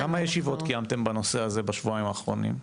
כמה ישיבות קיימתם בנושא הזה מאז השבועיים האחרונים,